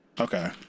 Okay